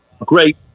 great